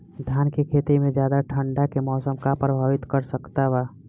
धान के खेती में ज्यादा ठंडा के मौसम का प्रभावित कर सकता बा?